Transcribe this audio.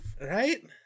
right